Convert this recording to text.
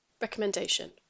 Recommendation